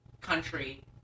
country